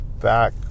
back